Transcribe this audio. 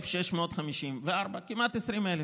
19,654, כמעט 20,000,